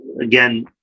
again